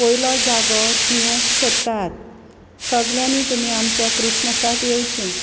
जागो दिवंक सोदतात सगल्यांनी तुमी आमच्या क्रिसमसाक येवचें